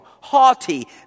haughty